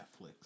Netflix